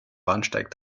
bahnsteig